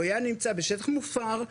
הוא היה נמצא בשטח מופר,